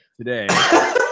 today